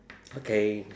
okay